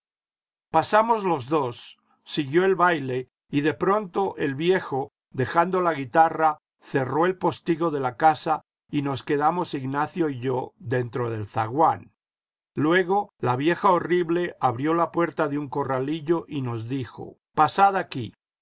pasamos los dos siguió el baile y de pronto el viejo dejando la guitarra cerró el postigo de la casa y nos quedamos ignacio y yo dentro del zaguán luego la vieja horrible abrió la puerta de un corralillo y nos dijo pasad aquí